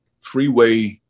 Freeway